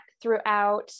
throughout